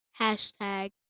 hashtag